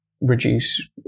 reduce